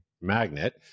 magnet